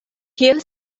kiel